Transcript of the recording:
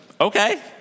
okay